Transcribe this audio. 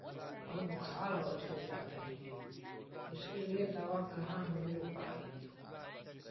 बहुत बुखार हो हो जाता हैं इसके लिए दवा कहाँ हम लोग पाए